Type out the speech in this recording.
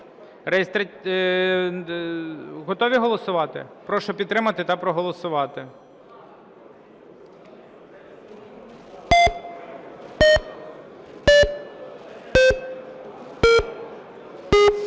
Готові голосувати? Прошу підтримати та проголосувати.